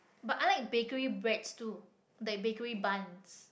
but I like bakery breads too like bakery buns